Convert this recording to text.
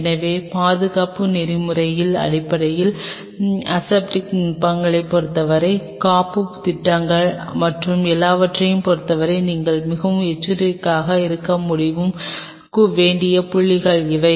எனவே பாதுகாப்பு நெறிமுறைகளின் அடிப்படையில் அசெப்டிக் நுட்பங்களைப் பொறுத்தவரை காப்புத் திட்டங்கள் மற்றும் எல்லாவற்றையும் பொறுத்தவரை நீங்கள் மிகவும் எச்சரிக்கையாக இருக்க வேண்டிய புள்ளிகள் இவை